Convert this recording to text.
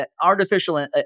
artificial